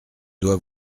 dois